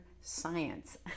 science